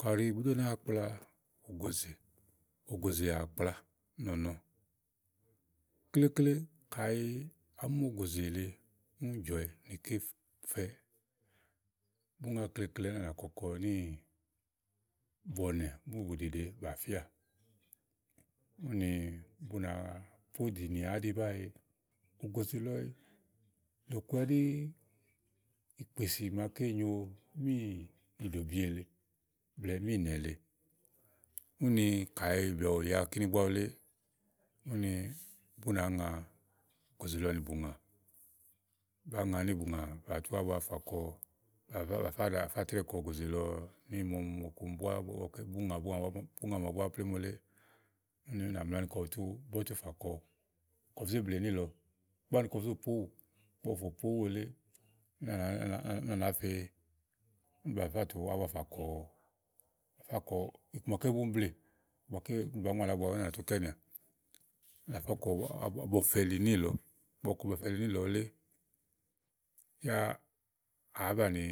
Kàɖi bù ú ɖonàa kpla ògòzè. Ògòzè àkpla nɔ́nɔ. Klekle kayi àá mu ògòzè le ùni Jɔ́ wɛ ni ké fɛ̀ɛ̀ bùŋa klekle ùni à nà kɔkɔ ànì bɔ̀nɛ̀ nì ànì bùɖiɖe bàfíà ùni bù ná póɖìníà àɖi báe lɔ̀ku ɛɖí ìkpèsi maké nyo ògòzè lɔ mí ìɖòbi éle blɛ̀ɛ mí ìnɛ lèe. Ùnj kàyi bìa bù ya kíni bùà ulé ùni bù nàá ŋa ògòzè lɔ ì bùŋà bùnaà ŋa ní ì buŋà atu àbua fa kɔ atrɛ̀ kɔ ògòzè lɔ nímo ní bùŋa màwu bùà plémù ulé ùni ù ná mlà ni kɔ butù bɔ̀tù fàkɔ. Kɔbu zé bleè níìlɔ. Gbâ ni kɔ bɔfɛ ti níìlɔ wule yà àá bàni